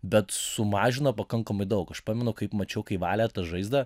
bet sumažino pakankamai daug aš pamenu kaip mačiau kai valė tą žaizdą